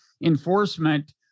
enforcement